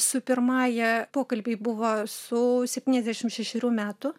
su pirmąja pokalbiai buvo su septyniasdešim šešerių metų